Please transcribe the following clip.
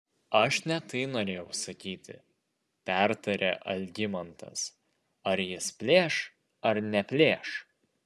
aš ne tai norėjau sakyti pertarė algimantas ar jis plėš ar neplėš